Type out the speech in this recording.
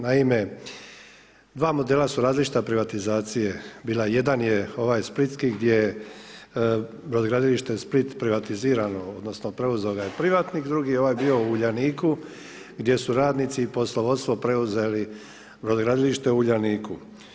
Naime, dva modela su različita privatizacije bila, jedan je ovaj splitski gdje je Brodogradilište Split privatizirano, odnosno preuzeo ga je privatnik, drugi je ovaj bio u Uljaniku gdje su radnici i poslovodstvo preuzeli brodogradilište u Uljaniku.